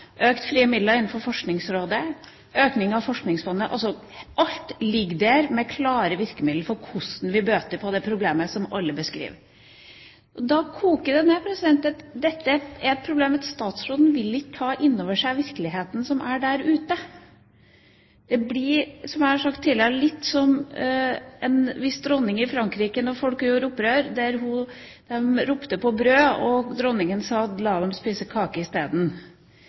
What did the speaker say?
Forskningsrådet, og økning av Forskningsfondet. Alt ligger der med klare virkemidler for hvordan vi bøter på det problemet som alle beskriver. Da koker det ned til at statsråden ikke vil ta inn over seg virkeligheten som er der ute. Det blir, som jeg har sagt tidligere, litt som en viss dronning i Frankrike. Da folk gjorde opprør og ropte på brød, sa dronningen: La dem spise kake isteden.